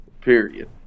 period